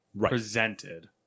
presented